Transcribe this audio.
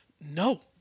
no